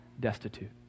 destitute